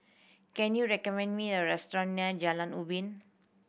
can you recommend me a restaurant near Jalan Ubin